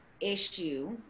issue